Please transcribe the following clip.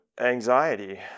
Anxiety